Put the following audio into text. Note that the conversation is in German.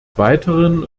weiteren